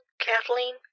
Kathleen